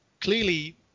clearly